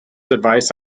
advice